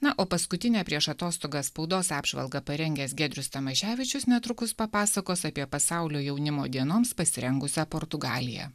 na o paskutinę prieš atostogas spaudos apžvalgą parengęs giedrius tamaševičius netrukus papasakos apie pasaulio jaunimo dienoms pasirengusią portugaliją